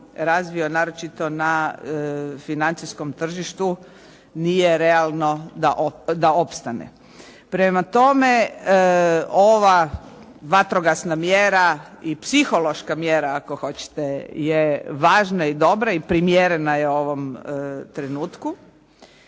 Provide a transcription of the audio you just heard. razvio naročito na financijskom tržištu nije realno da opstane. Prema tome ova vatrogasna mjera i psihološka mjera ako hoćete je važna i dobra i primjerena je ovom trenutku,